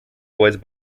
was